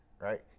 Right